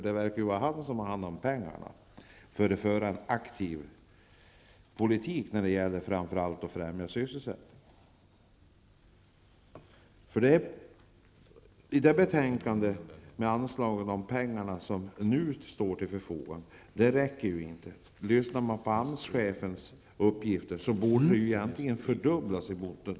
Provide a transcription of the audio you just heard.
Det förefaller ju som om den senare har hand om de pengar som behövs för en aktiv politik, framför allt när det gäller att främja sysselsättningen. De anslag som nu står till förfogande räcker inte. Enligt AMS-chefen bör dessa anslag egentligen fördubblas.